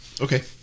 okay